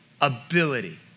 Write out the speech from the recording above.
ability